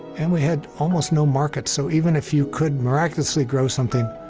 and we had almost no market. so, even if you could miraculously grow something,